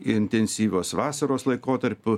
intensyvios vasaros laikotarpiu